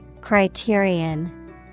Criterion